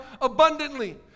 abundantly